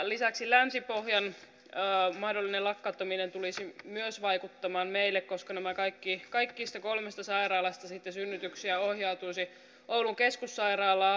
lisäksi länsi pohjan mahdollinen lakkauttaminen tulisi myös vaikuttamaan meille koska näistä kaikista kolmesta sairaalasta synnytyksiä ohjautuisi sitten oulun keskussairaalaan